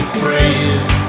praise